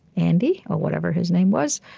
andy, or whatever his name was,